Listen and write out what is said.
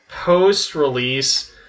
post-release